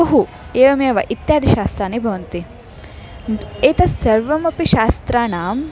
बहु एवमेव इत्यादीनि शास्त्राणि भवन्ति एतत् सर्वमपि शास्त्राणाम्